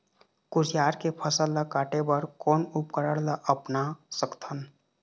कुसियार के फसल ला काटे बर कोन उपकरण ला अपना सकथन?